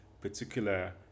particular